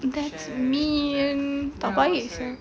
that's mean tak baik sia